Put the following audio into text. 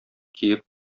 киеп